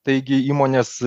taigi įmonės